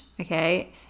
okay